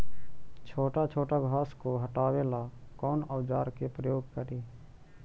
छोटा छोटा घास को हटाबे ला कौन औजार के प्रयोग करि?